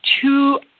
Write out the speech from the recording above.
two